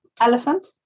elephant